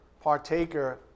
partaker